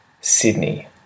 Sydney